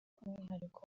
umwihariko